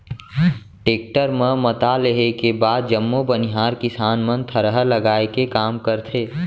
tractor म मता लेहे के बाद जम्मो बनिहार किसान मन थरहा लगाए के काम करथे